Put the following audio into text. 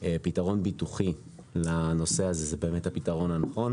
פתרון ביטוחי לנושא הזה הוא באמת הפתרון הנכון.